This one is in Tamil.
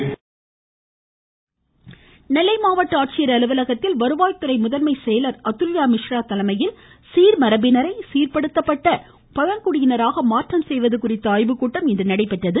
அதுல்யா மிஷ்ரா நெல்லை மாவட்ட ஆட்சியர் அலுவலகத்தில் வருவாய் துறை முதன்மை செயலாளர் அதுல்யா மிஸ்ரா தலைமையில் சீாமரபினரை சீாபடுத்தப்பட்ட பழங்குடியினராக மாற்றம் செய்வது குறித்த ஆய்வுக்கூட்டம் இன்று நடைபெற்றது